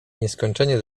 nieskończenie